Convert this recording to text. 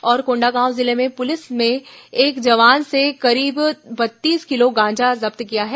और कोंडागांव जिले में पुलिस ने एक वाहन से करीब बत्तीस किलो गांजा जब्त किया है